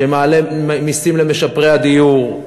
שמעלה מסים למשפרי הדיור,